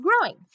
growing